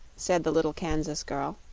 said the little kansas girl.